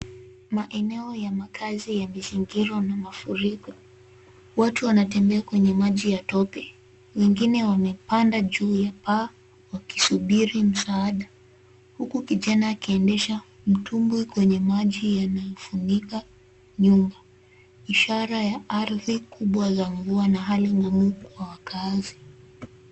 Maeneo ya makazi yamezingirwa na mafuriko. Watu wanatembea kwenye maji ya tope. Wengine wamepanda juu ya paa wakisubiri msaada huku kijana akiendesha mtumbwi kwenye maji yanayo funika nyumba ishara ya ardhi kubwa za mvua na hali ngumu kwa wakaazi.